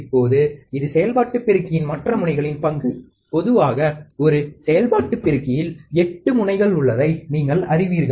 இப்போது இது செயல்பாட்டு பெருக்கியின் மற்ற முனைகளின் பங்கு பொதுவாக ஒரு செயல்பாட்டுப்பெருக்கியில் 8 முனைகள் உள்ளதை நீங்கள் அறிவீர்கள்